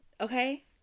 okay